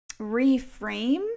reframe